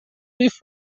قیف